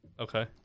Okay